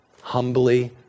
humbly